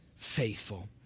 faithful